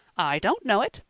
i don't know it.